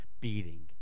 beating